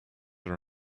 are